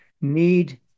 need